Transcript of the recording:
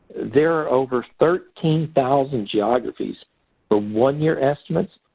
there are over thirteen thousand geographies for one-year estimates,